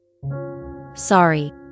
Sorry